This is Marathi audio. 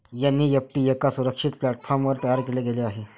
एन.ई.एफ.टी एका सुरक्षित प्लॅटफॉर्मवर तयार केले गेले आहे